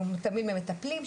שמותאמים למטפלים,